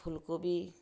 ଫୁଲକୋବି